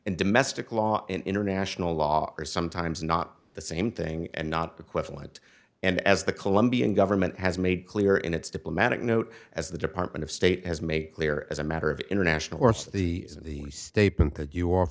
and domestic law and international law are sometimes not the same thing and not equivalent and as the colombian government has made clear in its diplomatic note as the department of state has made clear as a matter of international force the